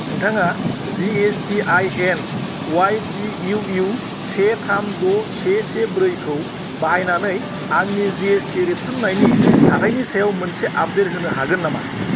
नोंथाङा G S T I N अ इउ से थाम द' से से ब्रैखौ बाहायनानै आंनि जि एस टि रेबथुमनायनि थाथायनि सायाव मोनसे आपडेट होनो हागोन नामा